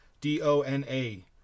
D-O-N-A